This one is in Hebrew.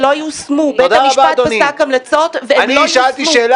בית המשפט פסק המלצות והן לא יושמו.